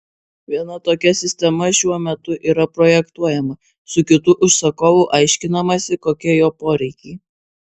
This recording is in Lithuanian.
viena tokia sistema šiuo metu yra projektuojama su kitu užsakovu aiškinamasi kokie jo poreikiai